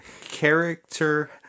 Character